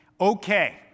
okay